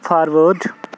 forward